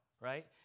right